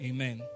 Amen